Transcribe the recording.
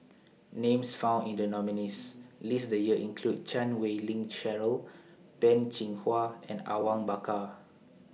Names found in The nominees' list This Year include Chan Wei Ling Cheryl Peh Chin Hua and Awang Bakar